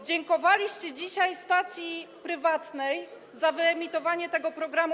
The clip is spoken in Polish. Dziękowaliście dzisiaj stacji prywatnej za wyemitowanie tego programu.